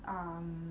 um